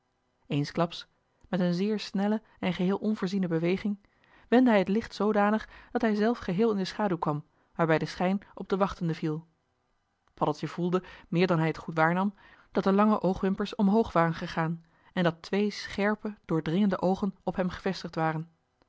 eensklaps met een zeer snelle en geheel onvoorziene beweging wendde hij het licht zoodanig dat hij zelf geheel in de schaduw kwam waarbij de schijn op den wachtende viel paddeltje voelde meer dan hij het goed waarnam dat de lange oogwimpers omhoog waren gegaan en dat twee scherpe doordringende oogen op hem gevestigd waren